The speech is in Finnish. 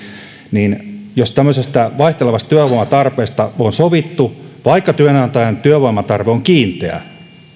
niin että tämmöisestä vaihtelevasta työvoimatarpeesta on sovittu vaikka työnantajan työvoimatarve on kiinteä niin